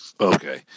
Okay